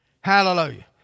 Hallelujah